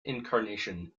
incarnation